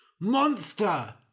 Monster